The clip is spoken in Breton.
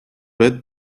bet